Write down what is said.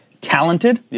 talented